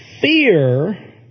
fear